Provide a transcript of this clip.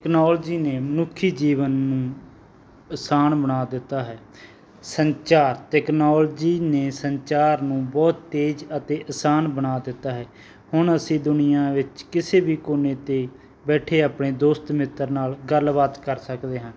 technology ਨੇ ਮਨੁੱਖੀ ਜੀਵਨ ਨੂੰ ਆਸਾਨ ਬਣਾ ਦਿੱਤਾ ਹੈ ਸੰਚਾਰ ਟੈਕਨੋਲਜੀ ਨੇ ਸੰਚਾਰ ਨੂੰ ਬਹੁਤ ਤੇਜ਼ ਅਤੇ ਆਸਾਨ ਬਣਾ ਦਿੱਤਾ ਹੈ ਹੁਣ ਅਸੀਂ ਦੁਨੀਆ ਵਿੱਚ ਕਿਸੇ ਵੀ ਕੋਨੇ 'ਤੇ ਬੈਠੇ ਆਪਣੇ ਦੋਸਤ ਮਿੱਤਰ ਨਾਲ ਗੱਲਬਾਤ ਕਰ ਸਕਦੇ ਹਾਂ